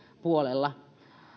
puolella